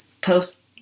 post